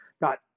Got